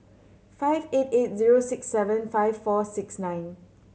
five eight eight zero six seven five four six nine